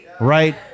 right